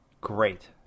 great